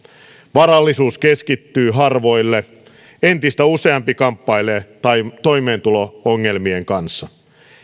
varallisuus keskittyy harvoille entistä useampi kamppailee toimeentulo ongelmien kanssa